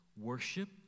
worship